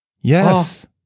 Yes